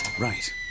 right